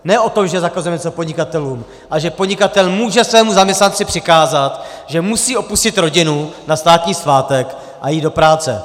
Ne o tom, že zakazujeme něco podnikatelům, ale že podnikatel může svému zaměstnanci přikázat, že musí opustit rodinu na státní svátek a jít do práce.